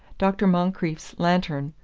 dr. moncrieff's lantern,